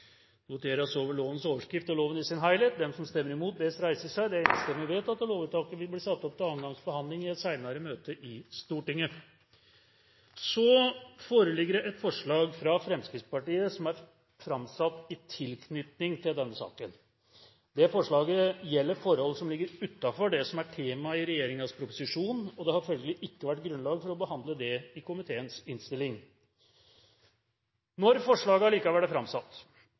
Det voteres over lovens overskrift og loven i sin helhet. Lovvedtaket vil bli ført opp til andre gangs behandling i et senere møte i Stortinget. Det foreligger så et forslag fra Fremskrittspartiet som er framsatt i tilknytning til denne saken. Dette forslaget gjelder forhold som ligger utenfor det som er temaet i regjeringens proposisjon, og det har følgelig ikke vært grunnlag for å behandle det i komiteens innstilling. Når forslaget likevel er framsatt